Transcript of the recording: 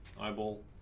eyeball